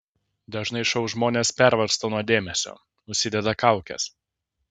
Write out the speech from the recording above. dažnai šou žmonės pervargsta nuo dėmesio užsideda kaukes